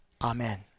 Amen